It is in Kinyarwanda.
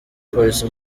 police